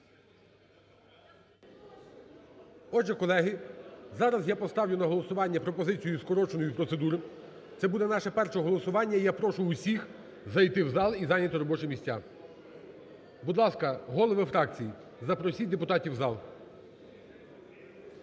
Отже, колеги, зараз я поставлю на голосування пропозицію із скороченої процедури, це буде наше перше голосування, і я прошу всіх зайти в зал, і зайняти робочі місця. Будь ласка, голови фракцій, запросіть депутатів в зал.